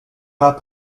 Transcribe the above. pas